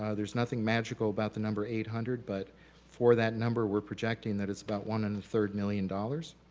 ah there's nothing magical about the number eight hundred but for that number we're projecting that it's about one and a third million dollars.